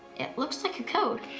it looks like a code.